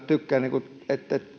tykkään että